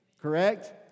Correct